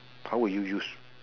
how would you use